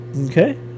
okay